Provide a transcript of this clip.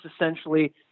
essentially